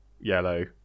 yellow